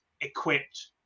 equipped